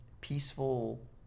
peaceful